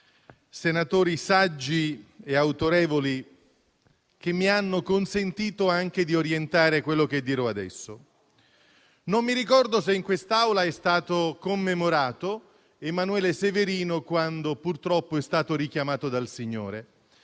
senatori saggi e autorevoli, che mi hanno consentito anche di orientare quello che dirò adesso. Non mi ricordo se in quest'Aula è stato commemorato Emanuele Severino, quando purtroppo è stato richiamato dal Signore;